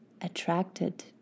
attracted